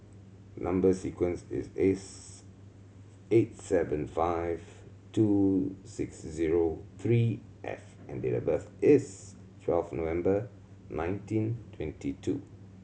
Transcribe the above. number sequence is S eight seven five two six zero three F and date of birth is twelve November nineteen twenty two